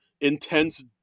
intense